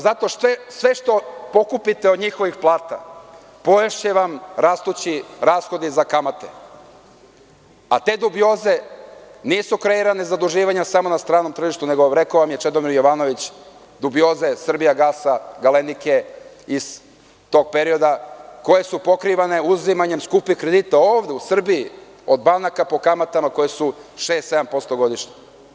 Zato što sve što pokupite od njihovih plata poješće rastući rashodi za kamate, a te dubioze nisu kreirane zaduživanjem samo na stranom tržištu, nego, rekao vam je Čedomir Jovanović, dubioza je „Srbijagasa“, „Galenike“ iz tog perioda, koje su pokrivane uzimanje skupih kredita ovde u Srbiji od banaka po kamatama koje su 6-7% godišnje.